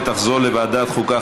ותחזור לוועדת חוקה,